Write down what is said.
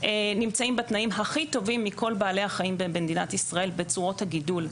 נמצאים בתנאים הכי טובים מכל בעלי החיים במדינת ישראל בצורות הגידול.